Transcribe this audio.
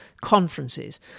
conferences